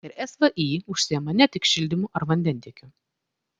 ir svį užsiima ne tik šildymu ar vandentiekiu